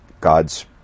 God's